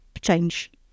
change